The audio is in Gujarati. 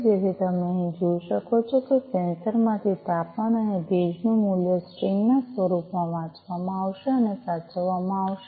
તેથી તમે અહીં જોઈ શકો છો કે સેન્સર માંથી તાપમાન અને ભેજનું મૂલ્ય સ્ટ્રિંગ ના સ્વરૂપમાં વાંચવામાં આવશે અને સાચવવામાં આવશે